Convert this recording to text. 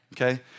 Okay